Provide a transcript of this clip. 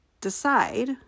decide